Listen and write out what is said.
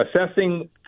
assessing